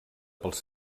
pels